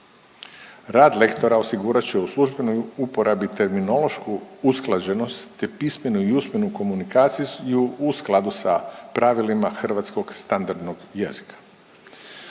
Rad lektora osigurat će u službenoj uporabi terminološku usklađenost te pismenu i usmenu komunikaciju u skladu sa pravilima hrvatskog standardnog jezika.